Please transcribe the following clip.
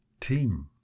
team